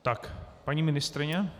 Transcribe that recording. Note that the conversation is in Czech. Tak, paní ministryně.